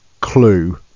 clue